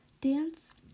Dance